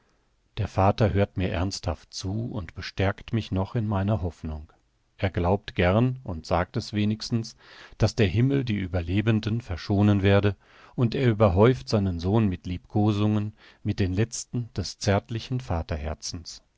der vater hört mir ernsthaft zu und bestärkt mich noch in meiner hoffnung er glaubt gern und sagt es wenigstens daß der himmel die ueberlebenden verschonen werde und er überhäuft seinen sohn mit liebkosungen mit den letzten des zärtlichen